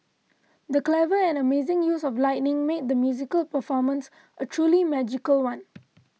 the clever and amazing use of lighting made the musical performance a truly magical one